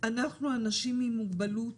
אנחנו אנשים עם מוגבלות